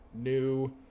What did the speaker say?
new